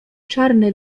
czarny